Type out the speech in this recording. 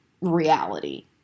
reality